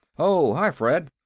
oh, hi, fred.